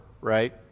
Right